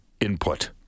input